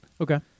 Okay